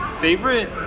Favorite